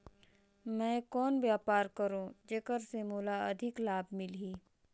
मैं कौन व्यापार करो जेकर से मोला अधिक लाभ मिलही?